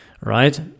right